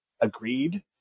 agreed